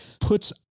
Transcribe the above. puts